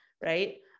right